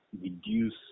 reduce